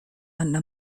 under